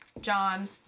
John